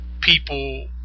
people